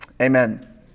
amen